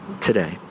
today